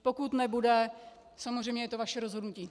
Pokud nebude, je to samozřejmě vaše rozhodnutí.